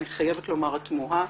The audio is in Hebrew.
אני חייבת לומר "התמוהה",